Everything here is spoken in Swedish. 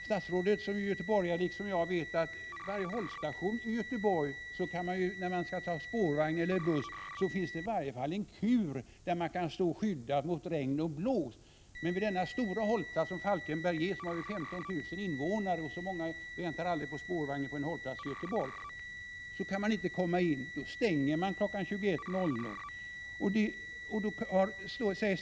Statsrådet är ju, liksom jag, göteborgare och vet att det vid varje hållplats för buss och spårvagn i Göteborg åtminstone finns en kur där man kan stå skyddad mot regn och blåst. Men vid denna stora hållplats — Falkenberg har ju 15 000 invånare, och så många väntar aldrig på en spårvagnshållplats i Göteborg — kan man alltså inte komma in efter kl. 21.00, för då stänger stationsbyggnaden.